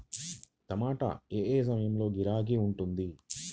టమాటా ఏ ఏ సమయంలో గిరాకీ ఉంటుంది?